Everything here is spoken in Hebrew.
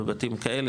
בבתים כאלה,